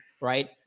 right